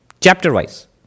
chapter-wise